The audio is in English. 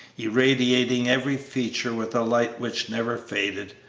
irradiating every feature with a light which never faded,